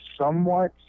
somewhat